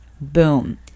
Boom